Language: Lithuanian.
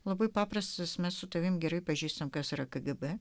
labai paprastas mes su tavimi gerai pažįstam kas yra kgb